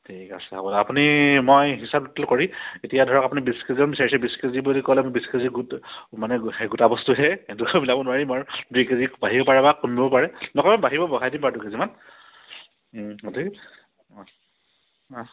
ঠিক আছে হ'ব আপুনি মই হিচাপটো কৰি এতিয়া ধৰক আপুনি বিছ কেজিমান বিচাৰিছে বিছ কেজি বুলি ক'লে বিছ কেজি গোটা মানে সেই গোটা বস্তুহে সেনেকৈ মিলাব নোৱাৰিম আৰু দুই কেজি বাঢ়িব পাৰে বা কমিবও পাৰে নকমে বাঢ়িব বহাই দিম বাৰু দুই কেজিমান